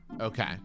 Okay